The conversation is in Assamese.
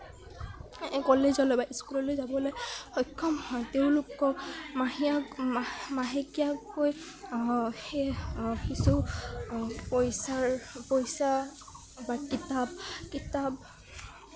কলেজলৈ বা স্কুললৈ যাবলৈ সক্ষম হয় তেওঁলোকক মাহেকীয়া মাহেকীয়াকৈ সেই কিছু পইচাৰ পইচা বা কিতাপ কিতাপ